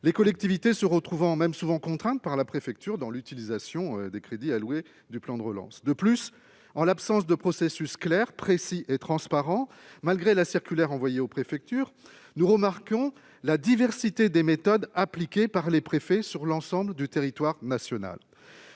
les collectivités se retrouvant souvent contraintes par la préfecture dans l'utilisation des crédits alloués par le plan de relance. De plus, en l'absence de processus clair, précis et transparent, malgré la circulaire envoyée aux préfectures, nous remarquons la diversité des méthodes appliquées par les préfets sur l'ensemble du territoire national.